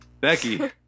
Becky